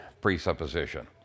presupposition